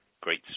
Great